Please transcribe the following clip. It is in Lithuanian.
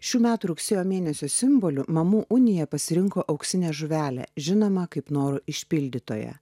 šių metų rugsėjo mėnesio simboliu mamų unija pasirinko auksinę žuvelę žinomą kaip norų išpildytoją